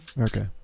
Okay